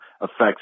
affects